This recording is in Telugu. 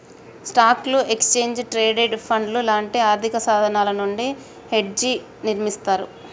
స్టాక్లు, ఎక్స్చేంజ్ ట్రేడెడ్ ఫండ్లు లాంటి ఆర్థికసాధనాల నుండి హెడ్జ్ని నిర్మిత్తర్